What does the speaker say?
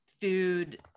food